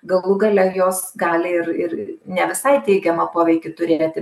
galų gale jos gali ir ir ne visai teigiamą poveikį turėti